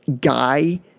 guy